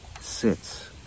sits